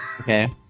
Okay